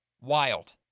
Wild